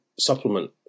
supplement